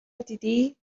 دیدی